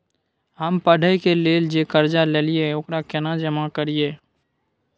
हम पढ़े के लेल जे कर्जा ललिये ओकरा केना जमा करिए?